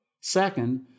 Second